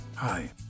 Hi